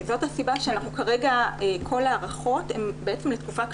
כל ההארכות הן בעצם לתקופה קצובה.